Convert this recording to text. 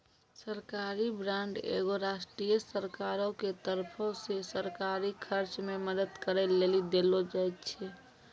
सरकारी बांड एगो राष्ट्रीय सरकारो के तरफो से सरकारी खर्च मे मदद करै लेली देलो जाय छै